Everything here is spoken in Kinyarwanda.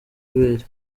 ibere